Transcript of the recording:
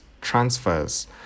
transfers